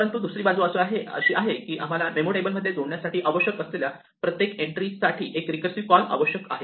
परंतु दुसरी बाजू अशी आहे की आम्हाला मेमो टेबलमध्ये जोडण्यासाठी आवश्यक असलेल्या प्रत्येक एंट्रीसाठी एक रीकर्सिव कॉल आवश्यक आहे